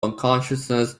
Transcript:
unconsciousness